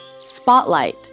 spotlight